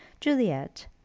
Juliet